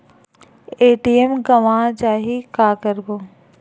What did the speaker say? ATM गवां जाहि का करबो?